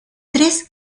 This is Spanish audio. tres